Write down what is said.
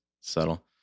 Subtle